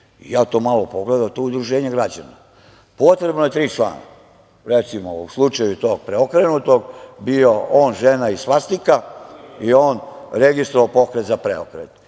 Ja to malo pogledao, kad ono udruženje građana. Potrebno je tri člana, recimo, u slučaju tog preokrenutog, on, žena i svastika i on registrovao Pokret za preokret.